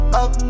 up